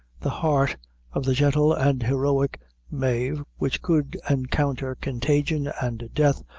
the heart of the gentle and heroic mave, which could encounter contagion and death,